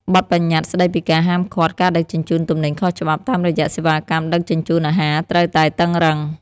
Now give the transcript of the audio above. បទប្បញ្ញត្តិស្ដីពីការហាមឃាត់ការដឹកជញ្ជូនទំនិញខុសច្បាប់តាមរយៈសេវាកម្មដឹកជញ្ជូនអាហារត្រូវតែតឹងរ៉ឹង។